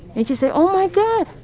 and she said, oh, my god.